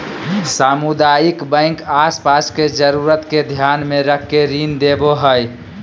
सामुदायिक बैंक आस पास के जरूरत के ध्यान मे रख के ऋण देवो हय